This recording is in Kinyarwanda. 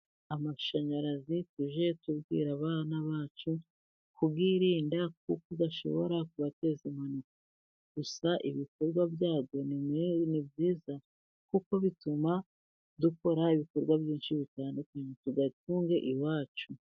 Amashanyarazi tujye tubwira abana bacu kuyirinda kuko ashobora kubateza impanuka, gusa ibikorwa byayo ni byiza kuko bituma dukora ibikorwa byinshi bitandukanye, tuyatunge iwacu.